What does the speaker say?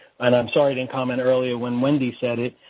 and i'm sorry i didn't comment earlier when wendy said it.